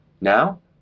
Now